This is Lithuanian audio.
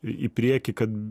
į priekį kad